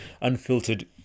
unfiltered